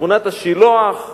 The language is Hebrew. שכונת השילוח,